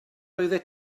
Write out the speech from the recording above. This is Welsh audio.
oeddet